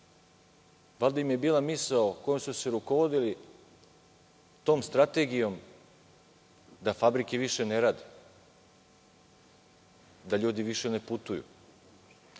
Valjda im je bila misao kojom su se rukovodili da fabrike više ne rade, da ljudi više ne putuju.